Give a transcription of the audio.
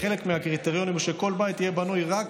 שחלק מהקריטריונים הם שכל בית יהיה בנוי רק